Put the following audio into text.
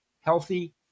healthy